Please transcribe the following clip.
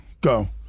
Go